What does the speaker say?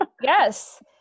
Yes